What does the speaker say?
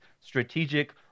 strategic